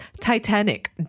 Titanic